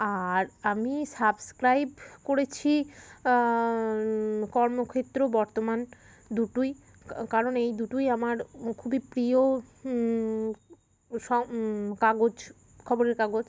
আর আমি সাবস্ক্রাইব করেছি কর্মক্ষেত্র বর্তমান দুটোই কারণ এই দুটোই আমার খুবই প্রিয় কাগজ খবরের কাগজ